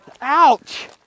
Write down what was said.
Ouch